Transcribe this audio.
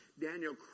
Daniel